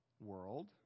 world